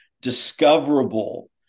discoverable